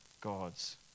God's